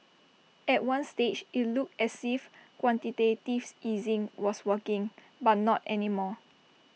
at one stage IT looked as if quantitative easing was working but not any more